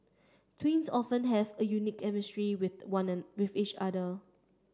twins often have a unique chemistry with with each other